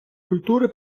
культури